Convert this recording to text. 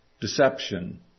deception